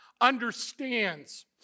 understands